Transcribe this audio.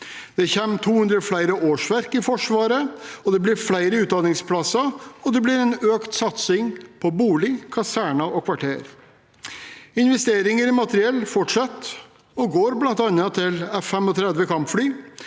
Det kommer 200 flere årsverk i Forsvaret, det blir flere utdanningsplasser, og det blir en økt satsing på bolig, kaserner og kvarter. Investeringer i materiell fortsetter og går til bl.a. F-35-kampfly,